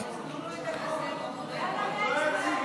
יאללה,